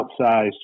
outsized